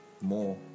more